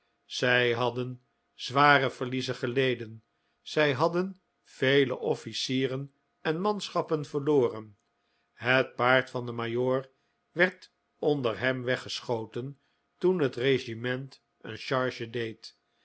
zij hadden zware verliezen geleden zij hadden vele offlcieren en manschappen verloren het paard van den majoor werd onder hem weggeschoten toen het regiment een charge deed